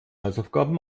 hausaufgaben